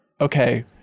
Okay